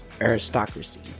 aristocracy